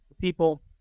people